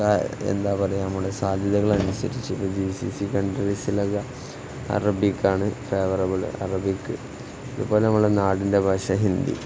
എന്താ പറയുക നമ്മൾ സാധ്യതകൾ അനുസരിച്ച് ഇപ്പം ജി സി സി കൺട്രീസിലൊക്കെ അറബിക് ആണ് ഫേവറബിൾ അറബിക് ഇതുപോലെ നമ്മുടെ നാടിൻ്റെ ഭാഷ ഹിന്ദി